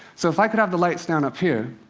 so if i could have the lights down up here.